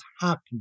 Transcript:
happening